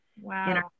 Wow